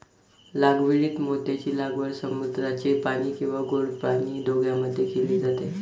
लागवडीत मोत्यांची लागवड समुद्राचे पाणी किंवा गोड पाणी दोघांमध्ये केली जाते